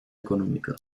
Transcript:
económica